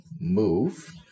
move